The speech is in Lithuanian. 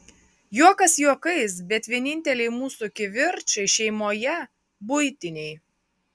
juokas juokais bet vieninteliai mūsų kivirčai šeimoje buitiniai